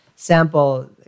Sample